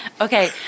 Okay